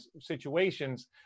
situations